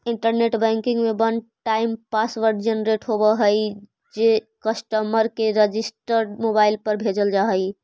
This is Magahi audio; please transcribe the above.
इंटरनेट बैंकिंग में वन टाइम पासवर्ड जेनरेट होवऽ हइ जे कस्टमर के रजिस्टर्ड मोबाइल पर भेजल जा हइ